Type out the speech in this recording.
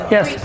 Yes